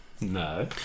No